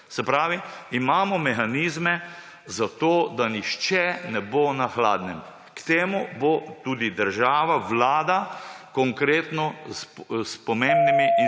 Se pravi, imamo mehanizme za to, da nihče ne bo na hladnem. K temu bo tudi država, Vlada, konkretno s pomembnimi